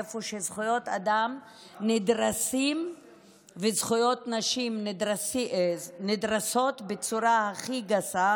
איפה שזכויות אדם נדרסות וזכויות נשים נדרסות בצורה הכי גסה,